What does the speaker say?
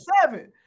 seven